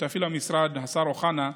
שותפי למשרד, השר אוחנה,